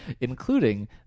including